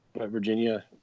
Virginia